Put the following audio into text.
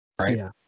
Right